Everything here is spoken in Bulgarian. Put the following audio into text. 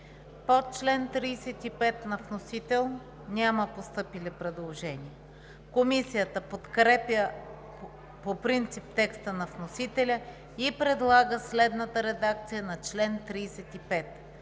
По чл. 37 на вносител няма постъпили предложения. Комисията подкрепя по принцип текста на вносителя и предлага следната редакция на чл. 37: